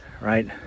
Right